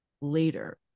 later